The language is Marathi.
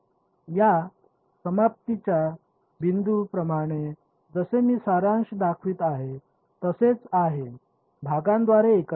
या समाप्तीच्या बिंदू प्रमाणे जसे मी सारांश दाखवित आहे तसेच आहे भागांद्वारे एकत्रीकरण